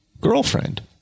girlfriend